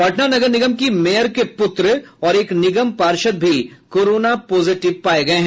पटना नगर निगम की मेयर के पुत्र और एक निगम पार्षद भी कोरोना पॉजिटिव हुये हैं